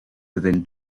within